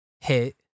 hit